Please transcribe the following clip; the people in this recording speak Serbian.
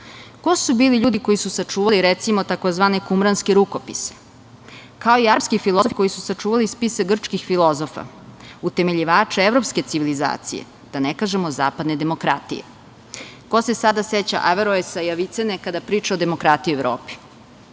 su bili ljudi koji su sačuvali, recimo, takozvane Kumranske rukopise, kao i arapski filozofi koji su sačuvali spise grčkih filozofa? Utemeljivači evropske civilizacije, da ne kažemo zapadne demokratije. Ko se sada seća Averoesa i Avicene kada priča o demokratiji u Evropi?